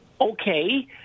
okay